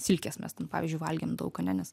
silkės mes ten pavyzdžiui valgėm daug ane nes